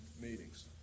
meetings